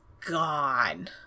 gone